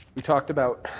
we talked about